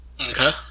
Okay